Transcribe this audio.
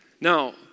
Now